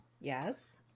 Yes